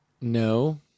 No